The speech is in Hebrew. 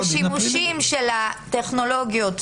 השימושים של הטכנולוגיות,